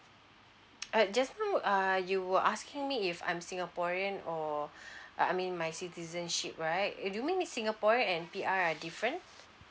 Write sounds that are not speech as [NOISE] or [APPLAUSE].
[BREATH] uh just know err you were asking me if I'm singaporean or [BREATH] I I mean my citizenship right do you mean singaporean and P_R are different